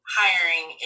hiring